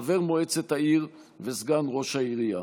חבר מועצת העיר וסגן ראש העירייה.